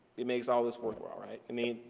it makes all this worthwhile, right? i mean,